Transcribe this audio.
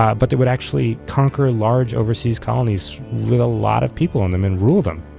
um but that would actually conquer large overseas colonies with a lot of people in them and rule them.